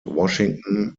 washington